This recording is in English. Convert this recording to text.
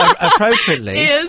Appropriately